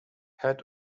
had